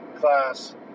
class